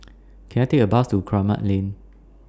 Can I Take A Bus to Kramat Lane